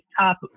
top